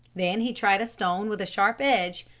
then he tried a stone with a sharp edge,